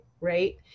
right